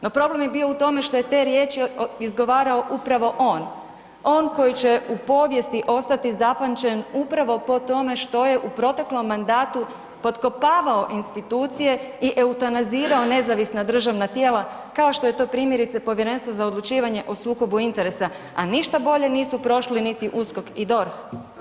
No problem je bio u tome što je te riječi izgovarao upravo on, on koji će u povijesti ostati zapamćen upravo po tome što je u proteklom mandatu potkopavao institucije i eutanazirao nezavisna državna tijela kao što je to primjerice Povjerenstvo za odlučivanje o sukobu interesa, a ništa bolje nisu prošli niti USKOK i DORH.